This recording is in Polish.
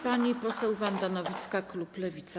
Pani poseł Wanda Nowicka, klub Lewica.